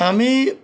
আমি